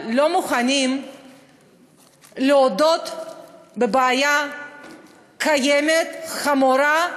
אבל לא מוכנים להודות בבעיה קיימת, חמורה,